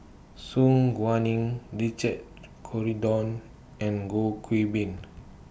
Su Guaning Richard Corridon and Goh Qiu Bin